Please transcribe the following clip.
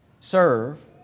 Serve